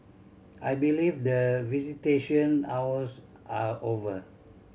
I believe the visitation hours are over